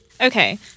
Okay